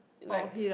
like